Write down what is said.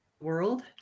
world